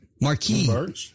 Marquis